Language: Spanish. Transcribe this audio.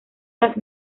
las